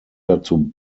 dazu